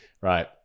Right